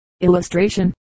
illustration